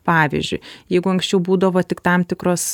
pavyzdžiui jeigu anksčiau būdavo tik tam tikros